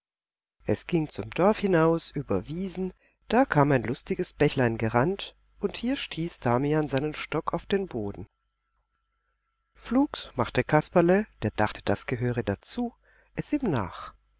es ging zum dorf hinaus über wiesen da kam ein lustiges bächlein gerannt und hier stieß damian seinen stock auf den boden flugs machte kasperle der dachte das gehöre dazu es ihm nach